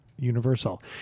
universal